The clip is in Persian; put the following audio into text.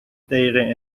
دقیقه